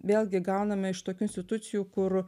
vėlgi gauname iš tokių institucijų kur